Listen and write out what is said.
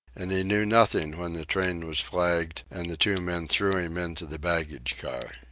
and he knew nothing when the train was flagged and the two men threw him into the baggage car.